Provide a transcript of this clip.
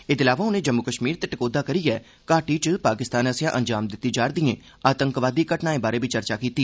एदे इलावा उनें जम्मू कश्मीर ते टकोहदा करियै घाटी च पाकिस्तान आस्सेया अंजाम दिती जा रदियें आतंकवादी घटनाएं बारै बी चर्चा कीती